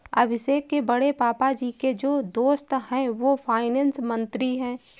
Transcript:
अभिषेक के बड़े पापा जी के जो दोस्त है वो फाइनेंस मंत्री है